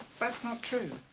that's not true?